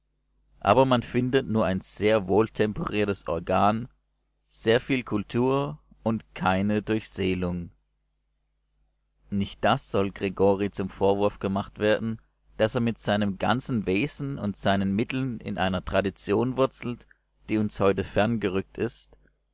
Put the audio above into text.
aber man findet nur ein sehr wohltemperiertes organ sehr viel kultur und keine durchseelung nicht das soll gregori zum vorwurf gemacht werden daß er mit seinem ganzen wesen und seinen mitteln in einer tradition wurzelt die uns heute ferngerückt ist